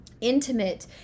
intimate